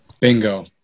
Bingo